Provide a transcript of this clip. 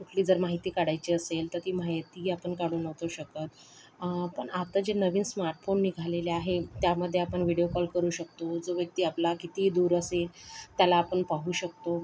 कुठली जर माहिती काढायची असेल तर ती माहिती आपण काढू नव्हतो शकत आता जे नवीन स्मार्टफोन निघालेले आहे त्यामध्ये आपण व्हिडिओ कॉल करू शकतो जो व्यक्ती आपला कितीही दूर असेल त्याला आपण पाहू शकतो